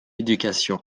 éducation